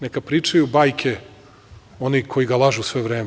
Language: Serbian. Neka pričaju bajke oni koji ga lažu sve vreme.